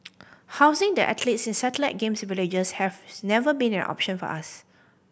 housing the athletes in satellite Games Villages have never been an option for us